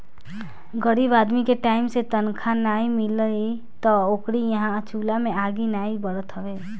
गरीब आदमी के टाइम से तनखा नाइ मिली तअ ओकरी इहां चुला में आगि नाइ बरत हवे